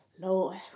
Lord